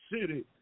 City